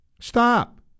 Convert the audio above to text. Stop